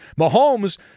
Mahomes